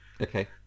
Okay